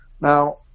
Now